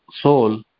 soul